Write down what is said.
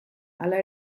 hala